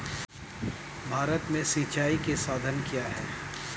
भारत में सिंचाई के साधन क्या है?